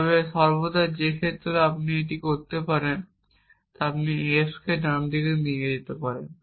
তবে সর্বদা যে ক্ষেত্রে আপনি এটি করতে পারেন আপনি s কে ডান দিকে নিয়ে যেতে পারেন